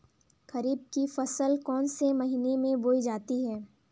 खरीफ की फसल कौन से महीने में बोई जाती है?